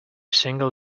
single